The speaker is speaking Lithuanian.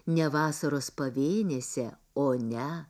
ne vasaros pavėnėse o ne